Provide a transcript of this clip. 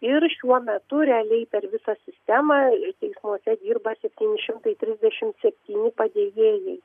ir šiuo metu realiai per visą sistemą teismuose dirba septyni šimtao trisdešimt septyni padėjėjai